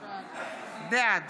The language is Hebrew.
בעד